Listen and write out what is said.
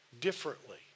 differently